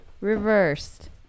Reversed